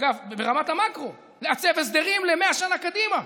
אגב, ברמת המקרו, לעצב הסדרים ל-100 שנה קדימה,